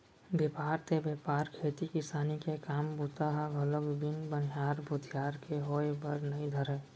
बेपार ते बेपार खेती किसानी के काम बूता ह घलोक बिन बनिहार भूथियार के होय बर नइ धरय